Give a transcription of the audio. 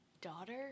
daughter